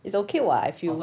it's okay [what] I feel